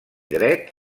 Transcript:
dret